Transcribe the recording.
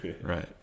Right